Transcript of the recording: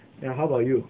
ya how about you